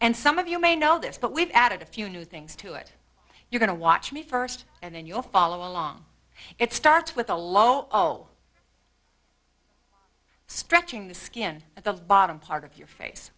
and some of you may know this but we've added a few new things to it you're going to watch me first and then you'll follow along it starts with a low stretching the skin at the bottom part of your face